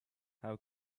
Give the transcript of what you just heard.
how